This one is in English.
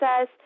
says